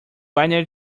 binary